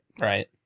right